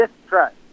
distrust